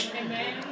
Amen